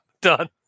done